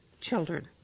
children